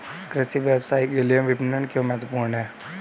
कृषि व्यवसाय के लिए विपणन क्यों महत्वपूर्ण है?